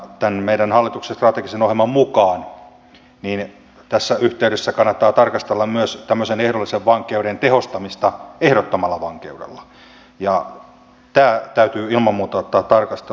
tämän meidän hallituksen strategisen ohjelman mukaan tässä yhteydessä kannattaa tarkastella myös ehdollisen vankeuden tehostamista ehdottomalla vankeudella ja tämä täytyy ilman muuta ottaa tarkasteluun